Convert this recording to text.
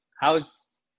How's